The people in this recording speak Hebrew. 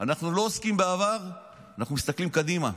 אנחנו לא עוסקים בעבר, אנחנו מסתכלים קדימה.